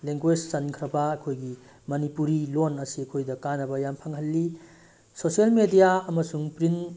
language ꯆꯟꯈ꯭ꯔꯕ ꯑꯩꯈꯣꯏꯒꯤ ꯃꯅꯤꯄꯨꯔꯤ ꯂꯣꯜ ꯑꯁꯤ ꯑꯩꯈꯣꯏꯗ ꯀꯥꯟꯅꯕ ꯌꯥꯝ ꯐꯪꯍꯜꯂꯤ ꯁꯣꯁꯦꯜ ꯃꯦꯗꯤꯌꯥ ꯑꯃꯁꯨꯡ ꯄ꯭ꯔꯤꯟ